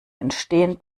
entstehen